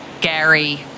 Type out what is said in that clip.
Gary